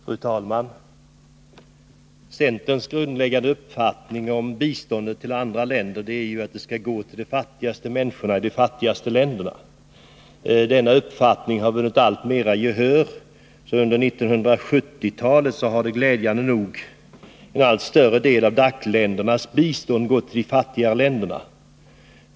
Fru talman! Centerns grundläggande uppfattning om biståndet till andra länder är att det skall gå till de fattigaste människorna i de fattigaste länderna. Denna uppfattning har alltmer vunnit gehör. Under 1970-talet har glädjande nog en allt större del av DAC-ländernas bistånd gått till de fattiga länderna.